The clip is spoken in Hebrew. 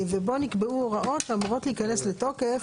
ובו נקבעו הוראות האמורות להיכנס לתוקף.